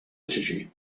liturgy